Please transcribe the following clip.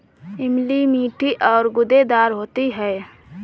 इमली मीठी और गूदेदार होती है